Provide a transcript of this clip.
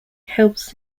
helps